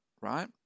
right